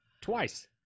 Twice